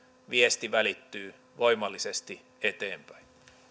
viesti välittyy voimallisesti eteenpäin